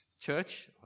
church